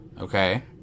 Okay